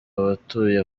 abatuye